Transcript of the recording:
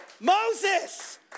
Moses